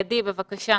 אוקיי, עדי, בבקשה.